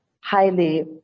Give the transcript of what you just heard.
highly